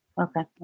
Okay